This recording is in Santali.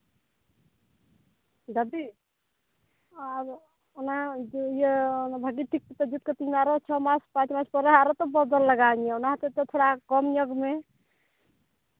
ᱜᱟᱹᱰᱤ ᱚᱱᱟ ᱤᱭᱟᱹ ᱵᱷᱟᱹᱜᱤ ᱴᱷᱤᱠ ᱠᱟᱛᱮ ᱡᱩᱛ ᱠᱟᱹᱛᱤᱧ ᱢᱮ ᱟᱨᱚ ᱪᱷᱚ ᱢᱟᱥ ᱯᱟᱸᱪ ᱢᱟᱥ ᱯᱚᱨᱮ ᱟᱨᱚ ᱛᱚ ᱵᱚᱫᱚᱞ ᱞᱟᱜᱟᱣᱤᱧᱟᱹ ᱚᱱᱟ ᱦᱚᱛᱮᱡᱛᱮ ᱛᱷᱚᱲᱟ ᱠᱚᱢ ᱧᱚᱜᱽ ᱢᱮ